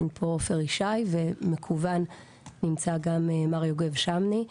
פה עופר ישי ומקוון נמצא גם מר יוגב שמני.